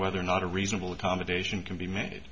whether or not a reasonable accommodation can be made